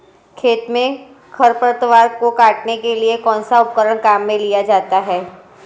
खेत में खरपतवार को काटने के लिए कौनसा उपकरण काम में लिया जाता है?